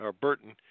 Burton